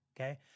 Okay